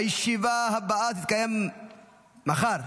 הישיבה הבאה תתקיים מחר,